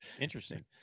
Interesting